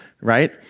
right